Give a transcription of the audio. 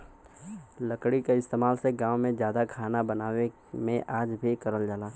लकड़ी क इस्तेमाल गांव में जादा खाना बनावे में आज भी करल जाला